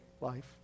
life